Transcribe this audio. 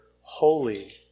holy